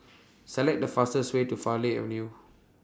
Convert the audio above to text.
Select The fastest Way to Farleigh Avenue